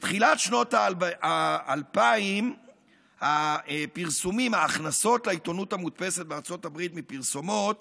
בתחילת שנות האלפיים ההכנסות של עיתונות המודפסת בארצות הברית מפרסומות